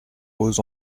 aux